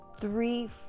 three